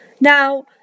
Now